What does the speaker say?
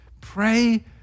pray